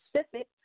specific